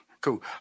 Cool